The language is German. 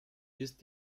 ist